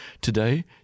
Today